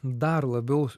dar labiau